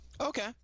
Okay